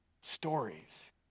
stories